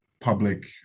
public